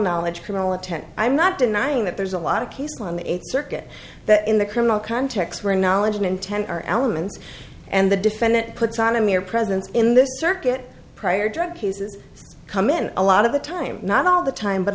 knowledge criminal intent i'm not denying that there's a lot of cases on the eighth circuit that in the criminal context where knowledge and intent are elements and the defendant puts on a mere presence in the circuit prior drug cases come in a lot of the time not all the time but